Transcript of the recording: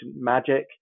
magic